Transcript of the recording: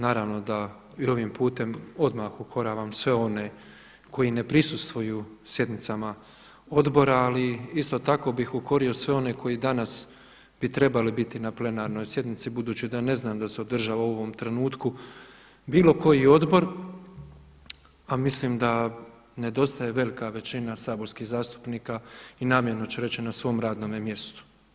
Naravno da i ovim putem odmah ukoravam sve one koji ne prisustvuju sjednicama odbora, ali isto tako bih ukorio sve one koji danas bi trebali biti na plenarnoj sjednici budući da ne znam da se održava u ovom trenutku bilo koji odbor, a mislim da nedostaje velika većina saborskih zastupnika i namjerno ću reći na svom radnome mjestu.